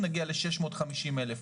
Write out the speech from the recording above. נגיע ל-650,000.